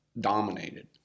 dominated